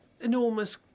enormous